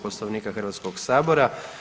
Poslovnika Hrvatskog sabora.